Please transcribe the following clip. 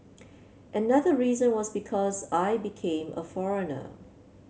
another reason was because I became a foreigner